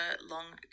long